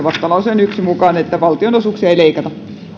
vastalauseen mukaisen pykälämuutosesityksen että valtionosuuksia ei leikata